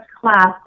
class